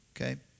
Okay